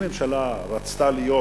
אם הממשלה רצתה להיות,